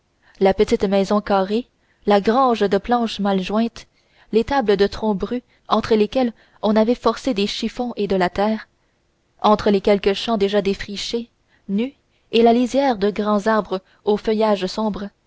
la petite maison carrée la grange de planches mal jointes l'étable de troncs bruts entre lesquels on avait forcé des chiffons et de la terre entre les quelques champs déjà défrichés nus et la lisière de grands arbres au feuillage sombre